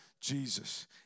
Jesus